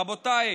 רבותיי,